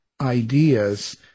ideas